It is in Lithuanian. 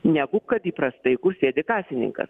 negu kad įprastai sėdi kasininkas